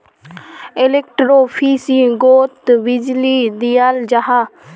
एलेक्ट्रोफिशिंगोत बीजली दियाल जाहा